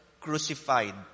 crucified